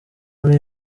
muri